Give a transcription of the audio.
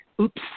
oops